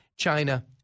China